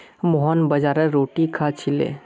मोहन बाजरार रोटी खा छिले